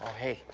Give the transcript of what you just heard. hey,